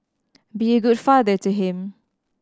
be a good father to him